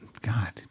God